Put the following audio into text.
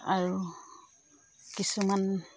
আৰু কিছুমান